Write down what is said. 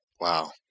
Wow